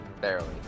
Barely